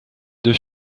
deux